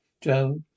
Joe